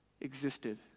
existed